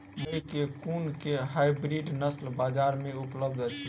मकई केँ कुन केँ हाइब्रिड नस्ल बजार मे उपलब्ध अछि?